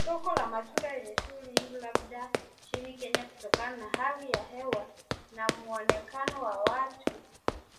Soko la matunda yenye shughli nyingi labda nchini Kenya kutokana na hali ya hewa na muonekano wa watu,